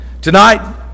Tonight